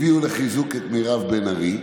הביאו לחיזוק את מירב בן ארי,